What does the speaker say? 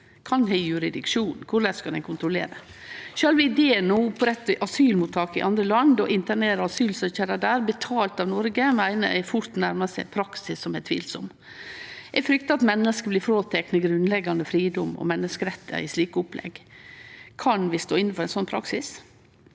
Kven har jurisdiksjonen? Korleis kan ein kontrollere det? Sjølve ideen om å opprette asylmottak i andre land og internere asylsøkjarar der, betalt av Noreg, meiner eg fort nærmar seg ein praksis som er tvilsam. Eg fryktar at menneske blir fråtekne grunnleggjande fridom og menneskerettar i slike opplegg. Kan vi stå inne for ein sånn praksis?